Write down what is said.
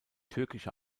türkische